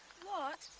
what?